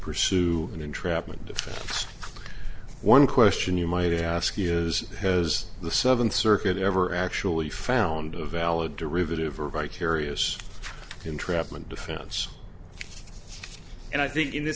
pursue an entrapment defense one question you might ask is has the seventh circuit ever actually found a valid derivative or vicarious entrapment defense and i think in this